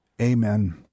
Amen